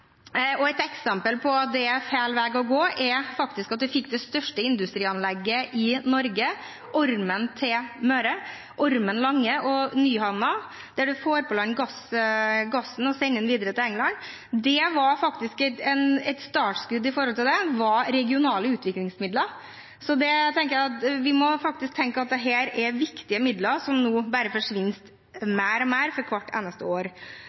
og et eksempel på at det er feil vei å gå, er at vi fikk det største industrianlegget i Norge til Møre, Ormen Lange-feltet og landanlegget på Nyhamna, der en får på land gassen og sender den videre til England. Et startskudd for det var regionale utviklingsmidler. Så vi må faktisk tenke på at dette er viktige midler som nå bare forsvinner mer og mer for hvert år.